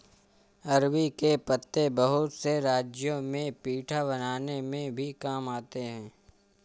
अरबी के पत्ते बहुत से राज्यों में पीठा बनाने में भी काम आते हैं